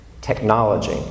Technology